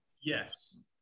Yes